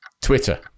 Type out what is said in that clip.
Twitter